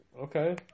Okay